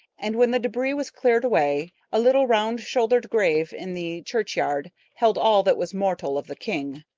and when the debris was cleared away, a little round-shouldered grave in the churchyard held all that was mortal of the king.